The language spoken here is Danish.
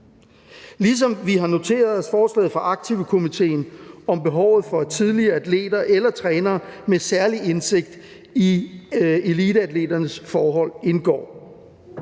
ligesom vi har noteret os forslaget fra aktivkomitéen om behovet for, at tidligere atleter eller trænere med særlig indsigt i eliteatleternes forhold indgår.